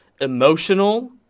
emotional